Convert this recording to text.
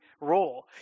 role